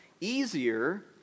easier